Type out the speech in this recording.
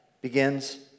begins